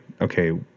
okay